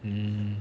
mm